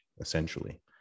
essentially